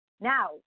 Now